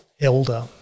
Elder